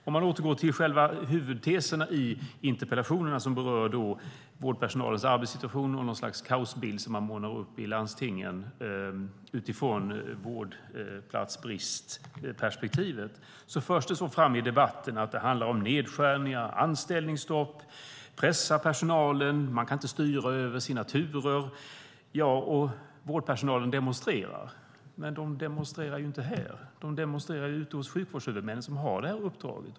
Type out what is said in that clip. Om man återgår till själva huvudteserna i interpellationerna, som berör vårdpersonalens arbetssituation och den kaosbild som man målar upp i landstingen utifrån vårdplatsbristperspektivet, förs det fram i debatten att det handlar om nedskärningar, anställningsstopp och pressad personal som inte kan styra över sina turer. Vårdpersonalen demonstrerar, men de demonstrerar ju inte här. De demonstrerar ute hos sjukvårdshuvudmännen som har det här uppdraget.